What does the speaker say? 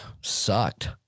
Sucked